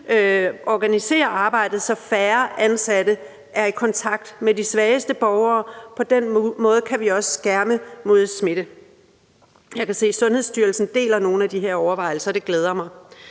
organisere arbejdet, så færre ansatte er i kontakt med de svageste borgere. På den måde kan vi også skærme mod smitte. Jeg kan se, at Sundhedsstyrelsen deler nogle af de her overvejelser, og det glæder mig.